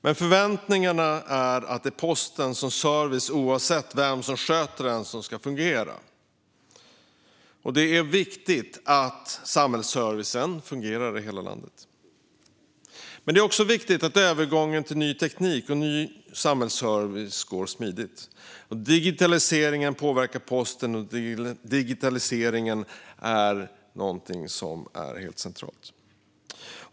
Men förväntningen är att posten som service ska fungera oavsett vem som sköter den, och det är viktigt att samhällsservicen fungerar i hela landet. Det är också viktigt att övergången till ny teknik och ny samhällsservice går smidigt. Digitaliseringen påverkar posten och är helt central.